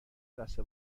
دست